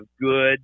good